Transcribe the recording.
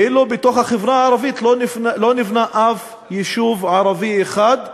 ואילו בתוך החברה הערבית לא נבנה אף יישוב ערבי אחד.